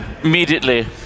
Immediately